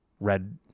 red